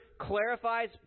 clarifies